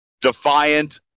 defiant